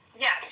Yes